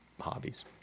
hobbies